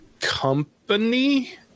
company